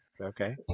okay